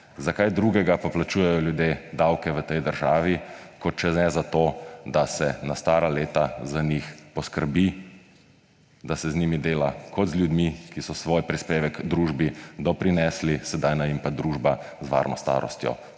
Za kaj drugega pa plačujejo ljudje davke v tej državi, kot če ne za to, da se na stara leta za njih poskrbi, da se z njimi dela kot z ljudmi, ki so s svojim prispevkom družbi doprinesli, sedaj naj jim pa družba z varno starostjo